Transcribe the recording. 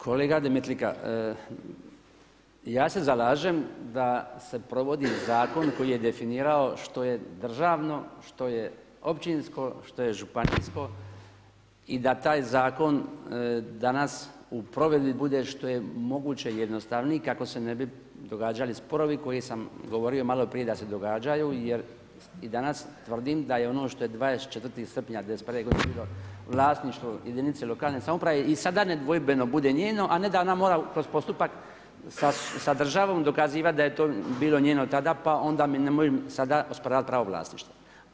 Kolega Demtlika, ja se zalažem da se provodi zakon koji je definirao što je državno, što je općinsko, što je županijsko i da taj zakon danas u provedbi bude što je moguće jednostavniji kako se ne bi događali sporovi koje sam govorio maloprije da se događaju jer i danas tvrdim da i ono što je 24. srpnja '91. bilo vlasništvo jedinice lokalne samouprave i sada nedvojbeno bude njeno a ne da ona mora kroz postupak sa državom dokazivati da je to bilo njeno tada pa onda mi nemoj sada osporavati pravo vlasništva.